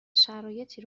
شرایطی